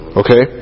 okay